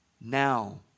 Now